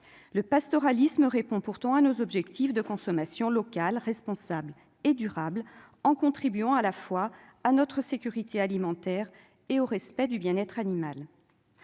le pastoralisme répond pourtant à nos objectifs de consommation locale responsable et durable en contribuant à la fois à notre sécurité alimentaire et au respect du bien-être animal,